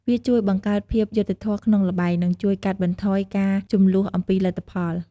វាជួយបង្កើតភាពយុត្តិធម៌ក្នុងល្បែង និងជួយកាត់បន្ថយការជម្លោះអំពីលទ្ធផល។